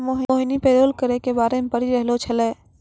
मोहिनी payroll करो के बारे मे पढ़ि रहलो छलै